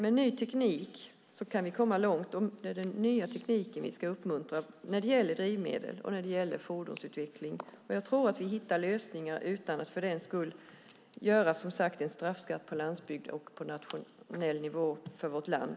Med ny teknik kan vi komma långt. Det är den nya tekniken vi ska uppmuntra när det gäller drivmedel och fordonsutveckling. Jag tror att vi hittar lösningar utan att för den skull skapa en straffskatt för landsbygd och på nationell nivå för vårt land.